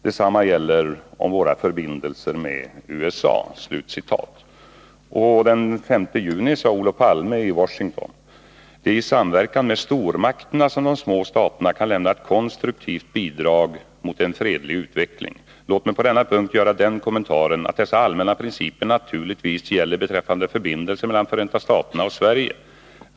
Detsamma gäller om våra förbindelser med USA.” Den 5 juni 1970 sade Olof Palme följande i Washington: ”Det är i samverkan med stormakterna som de små staterna kan lämna ett konstruktivt bidrag mot en fredlig utveckling. Låt mig på denna punkt göra den kommentaren att dessa allmänna principer naturligtvis gäller beträffande förbindelserna mellan Förenta staterna och Sverige.